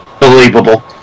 believable